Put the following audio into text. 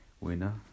winner